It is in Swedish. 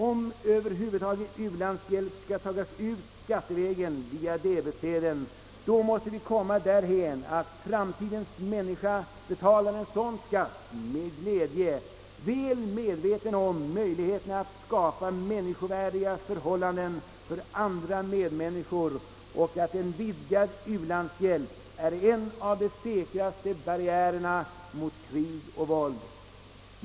Om över huvud taget ulandshjälp skall tagas ut skattevägen via debetsedeln måste vi komma därhän, att framtidens människa betalar en sådan skatt med glädje, väl medveten om möjligheterna att skapa människovärdiga förhållanden för andra medmänniskor och att en vidgad u-landshjälp är en av de säkraste barriärerna mot krig och våld.